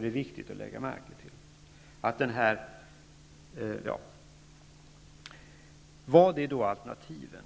Det är viktigt att lägga märke till detta. Vilka är då alternativen?